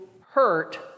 hurt